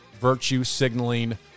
virtue-signaling